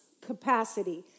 capacity